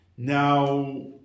Now